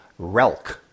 Relk